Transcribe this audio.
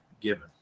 given